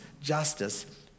justice